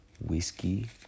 Whiskey